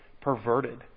perverted